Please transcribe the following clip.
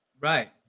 Right